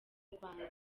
rwanda